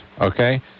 okay